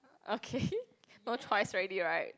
okay no choice already right